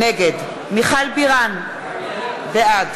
נגד מיכל בירן, בעד